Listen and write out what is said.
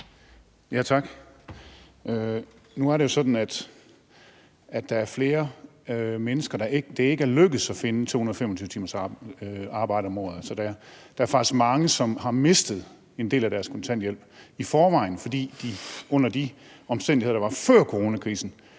Tak. Nu er det jo sådan, at der er flere mennesker, det ikke er lykkedes at finde 225 timers arbejde om året. Så der er faktisk mange, som har mistet en del af deres kontanthjælp i forvejen, fordi de under de omstændigheder, der var før coronakrisen,